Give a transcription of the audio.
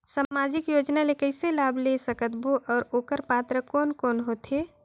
समाजिक योजना ले कइसे लाभ ले सकत बो और ओकर पात्र कोन कोन हो थे?